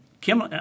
Kim